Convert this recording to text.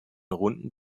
runden